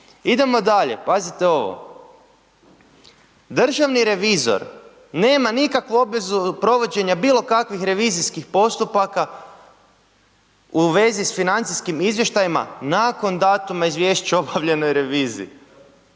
Idemo dalje, pazite ovo, državni revizor nema nikakvu obvezu provođenja bilo kakvih revizijskih postupaka u vezi s financijskim izvještajima nakon datuma izvješća o obavljenoj reviziji